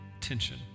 tension